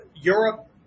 Europe